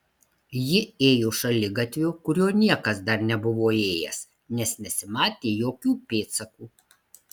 ji ėjo šaligatviu kuriuo niekas dar nebuvo ėjęs nes nesimatė jokių pėdsakų